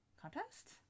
Contest